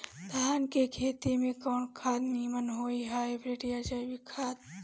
धान के खेती में कवन खाद नीमन होई हाइब्रिड या जैविक खाद?